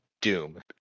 Doom